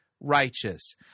righteous